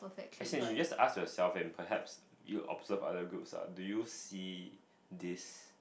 as in you just ask yourself and perhaps you observe other groups uh do you see this